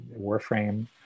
Warframe